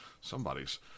Somebody's